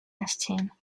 lasting